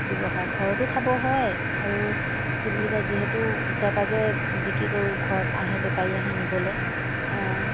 ব্যৱসায় ঘৰতো খাব হয় আৰু কি বুলি কয় যিহেতু ওচৰে পাঁজৰে বিক্ৰী কৰোঁ ঘৰত আহে বেপাৰী আহে নিবলৈ